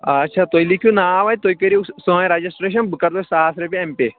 آچھا تُہۍ لیٖکھِو ناو تُہۍ کٔرِو سٲنۍ رجَسٹرٛیشَن بہٕ کَرو تۄہہِ ساس رۄپیہِ اٮ۪م پے